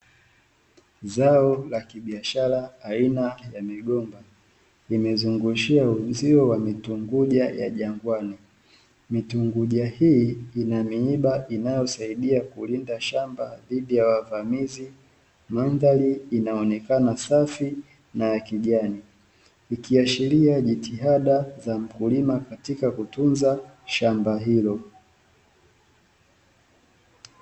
Zao la kibiashara aina ya migomba nimezungushia uzio wa mitunguja ya jangwani mitunguja hii ina miiba inayosaidia kulinda shamba dhidi ya wavamizi, mandhari inaonekana safi na kijani ikiashiria jitihada za mkulima katika kutunza shamba hilo.